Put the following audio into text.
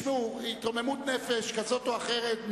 התרוממות נפש כזאת או אחרת,